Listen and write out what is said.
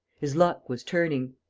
his luck was turning.